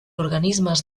organismes